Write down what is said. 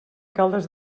caldes